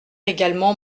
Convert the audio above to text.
également